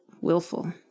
willful